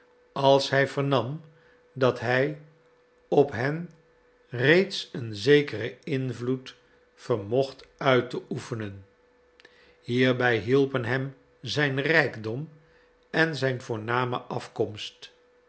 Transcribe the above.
als hij vernam dat hij op hen reeds een zekeren invloed vermocht uit te oefenen hierbij hielpen hem zijn rijkdom en zijn voorname afkomst